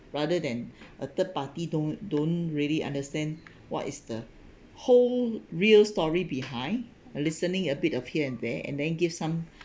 rather than a third party don't don't really understand what is the whole real story behind uh listening a bit of here and there and then give some